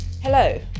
Hello